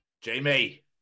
Jamie